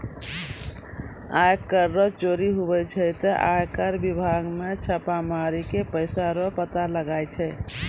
आय कर रो चोरी हुवै छै ते आय कर बिभाग मे छापा मारी के पैसा रो पता लगाय छै